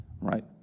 Right